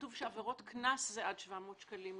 כתוב שעבירות קנס זה עד 700 שקלים.